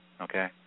Okay